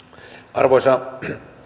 arvoisa